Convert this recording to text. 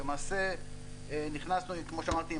למעשה נכנסנו כמו שאמרתי,